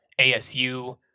ASU